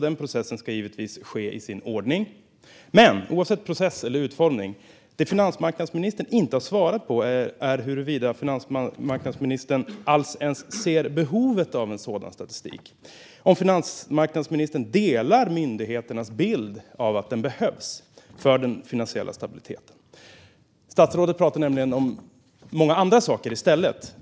Den processen ska givetvis ske i sin ordning, men oavsett process eller utformning har finansmarknadsministern inte svarat på huruvida han ens ser behovet av en sådan statistik och om han delar myndigheternas bild av att den behövs för den finansiella stabiliteten. Statsrådet pratar nämligen om många andra saker i stället.